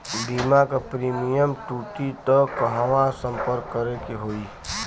बीमा क प्रीमियम टूटी त कहवा सम्पर्क करें के होई?